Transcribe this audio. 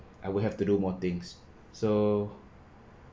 I would have to do more things so